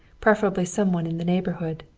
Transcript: preferably some one in the neighborhood,